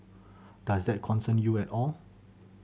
does that concern you at all